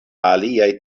aliaj